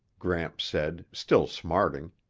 gramps said, still smarting.